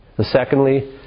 Secondly